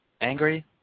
angry